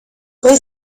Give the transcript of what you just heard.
con